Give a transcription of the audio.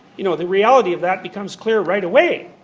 you know the reality of that becomes clear right away.